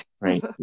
Right